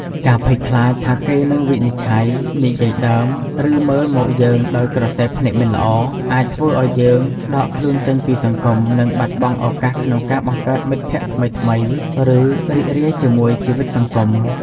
ការភ័យខ្លាចថាគេនឹងវិនិច្ឆ័យ និយាយដើម ឬមើលមកយើងដោយក្រសែភ្នែកមិនល្អ អាចធ្វើឱ្យយើងដកខ្លួនចេញពីសង្គម និងបាត់បង់ឱកាសក្នុងការបង្កើតមិត្តភក្តិថ្មីៗ ឬរីករាយជាមួយជីវិតសង្គម។